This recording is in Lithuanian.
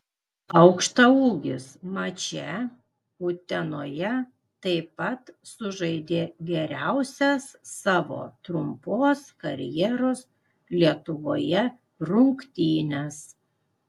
aukštaūgis mače utenoje taip pat sužaidė geriausias savo trumpos karjeros lietuvoje rungtynes